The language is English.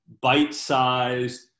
bite-sized